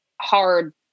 hard